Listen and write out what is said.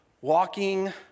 walking